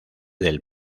del